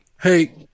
hey